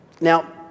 Now